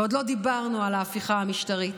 ועוד לא דיברנו על ההפיכה המשטרית,